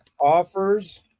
offers